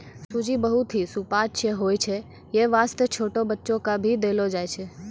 सूजी बहुत हीं सुपाच्य होय छै यै वास्तॅ छोटो बच्चा क भी देलो जाय छै